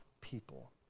people